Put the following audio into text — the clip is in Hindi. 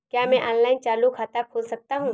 क्या मैं ऑनलाइन चालू खाता खोल सकता हूँ?